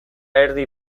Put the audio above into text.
erdi